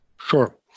Sure